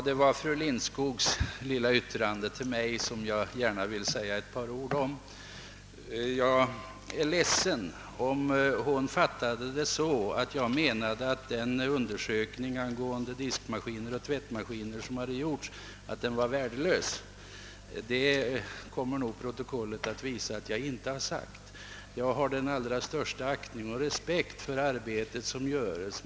Herr talman! Jag vill gärna säga ett par ord om fru Lindskogs yttrande till mig. Jag är ledsen om fru Lindskog fattade det så att jag menade att den undersökning av diskmaskiner och tvättmaskiner som hade gjorts var värdelös. Protokollet kommer nog att visa att jag inte har sagt det. Jag har den allra största aktning och respekt för det ar bete som utförs.